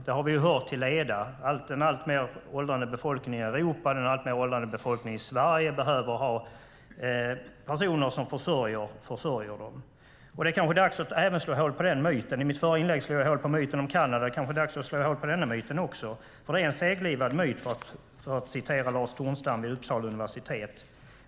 Vi har hört det till leda: Den alltmer åldrande befolkningen i Europa och den alltmer åldrande befolkningen i Sverige behöver personer som försörjer dem. I mitt förra inlägg slog jag hål på myten om Kanada. Det kanske är dags att slå hål på myten om den åldrande befolkningen också. Det är en seglivad myt, för att citera Lars Tornstam vid Uppsala universitet.